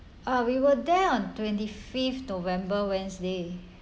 uh we were there on twenty fifth november wednesday